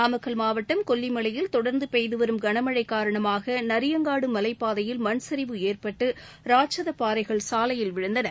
நாமக்கல் மாவட்டம் கொல்லிமலையில் தொடர்ந்து பெய்து வரும் கனமழை காரணமாக நரியங்காடு மலைப் பாதையில் மண் சரிவு ஏற்பட்டு ராட்சத பாறைகள் சாலையில் விழுந்தன